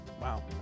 Wow